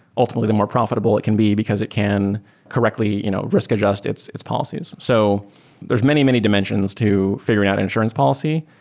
ultimately, the more profi table it can be because it can correctly you know risk adjust its its policies. so there're many, many dimensions to figuring out an insurance policy.